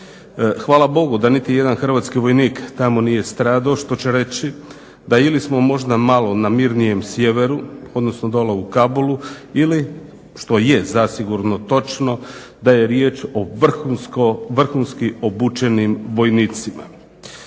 Hvala Bogu da niti jedan hrvatski vojnik tamo nije stradao što će reći da ili smo možda malo na mirnijem sjeveru, odnosno dole u Kabulu ili što je zasigurno točno da je riječ o vrhunski obučenim vojnicima.